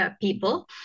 people